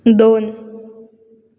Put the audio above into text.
दोन